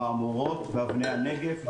המהמורות ואבני הנגף,